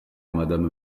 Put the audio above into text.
madame